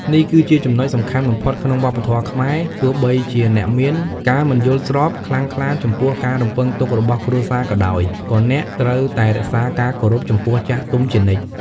នេះគឺជាចំណុចសំខាន់បំផុតក្នុងវប្បធម៌ខ្មែរ ទោះបីជាអ្នកមាន ការមិនយល់ស្រប ខ្លាំងក្លាចំពោះការរំពឹងទុករបស់គ្រួសារក៏ដោយ ក៏អ្នក ត្រូវតែរក្សាការគោរពចំពោះចាស់ទុំជានិច្ច។